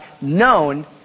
known